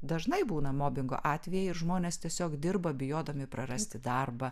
dažnai būna mobigo atvejai ir žmonės tiesiog dirba bijodami prarasti darbą